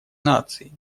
наций